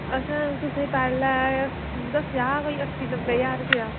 अस तुसेंई पैह्लै दस्सेआ हा कोई अस्सी नब्बै ज्हार रुपया